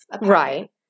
right